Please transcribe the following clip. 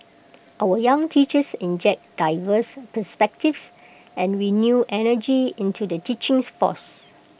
our young teachers inject diverse perspectives and renewed energy into the force